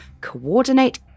coordinate